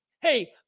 Hey